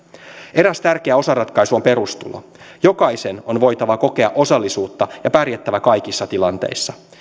eräs tärkeä osaratkaisu on perustulo jokaisen on voitava kokea osallisuutta ja pärjättävä kaikissa tilanteissa